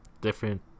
different